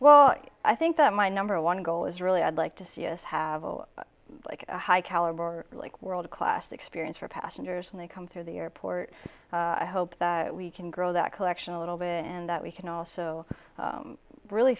well i think that my number one goal is really i'd like to see us have a high caliber like world class experience for passengers when they come through the airport i hope that we can grow that collection a little bit and that we can also really